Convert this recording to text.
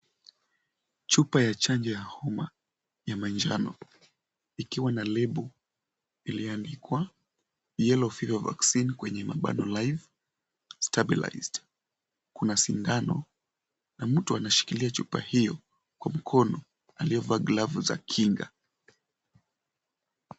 Chupa ya chanjo ya homa ya manjano ikiwa na lebo iliyoandikwa yellow fever vaccine kwenye mabano live stabilized . Kuna sindano na mtu anashikilia chupa hiyo kwa mkono aliyovaa glavu za kinga.